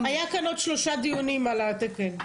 עוד שלושה דיונים על התקן.